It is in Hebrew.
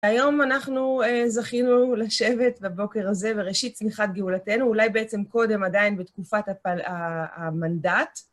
היום אנחנו זכינו לשבת, בבוקר הזה, בראשית צמיחת גאולתנו, אולי בעצם קודם, עדיין בתקופת הפל... המנדט.